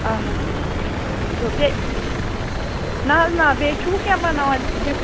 اہَن حظ تہٕ بیٚیہِ نہَ حظ نہَ بیٚیہِ چھُو کیٚنٛہہ بَناوان ڈِف